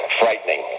frightening